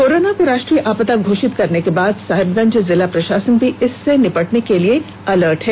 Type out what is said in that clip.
corona को राष्ट्रीय आपदा घोषित करने के बाद साहिबगंज जिला प्रशासन भी इससे निपटने के लिए अलर्ट है